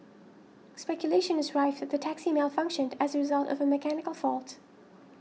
speculation is rife that the taxi malfunctioned as a result of a mechanical fault